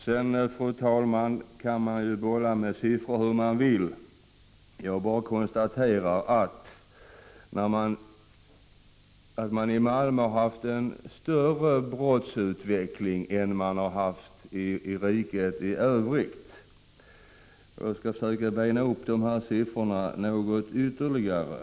Med siffror kan man bolla hur som helst. Jag bara konstaterar att Malmö haft en större brottsutveckling är riket i övrigt. Jag skall försöka bena upp siffrorna ytterligare.